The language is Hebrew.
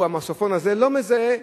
המסופון הזה לא מזהה,